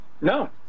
no